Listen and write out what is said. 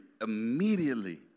immediately